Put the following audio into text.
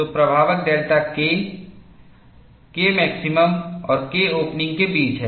तो प्रभावक delta k K max और K op के बीच है